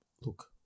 look